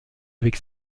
avec